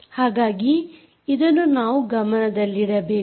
ಹಾಗಾಗಿ ಇದನ್ನು ನೀವು ಗಮನದಲ್ಲಿಡಬೇಕು